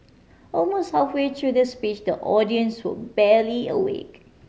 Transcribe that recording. almost halfway through the speech the audience were barely awake